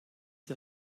der